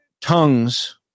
tongues